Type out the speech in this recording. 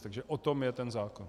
Takže o tom je ten zákon.